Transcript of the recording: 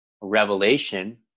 revelation